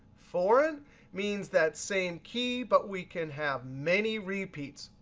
foreign means that same key, but we can have many repeats.